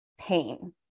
pain